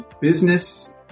business